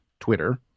twitter